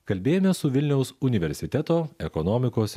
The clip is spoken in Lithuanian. kalbėjomės su vilniaus universiteto ekonomikos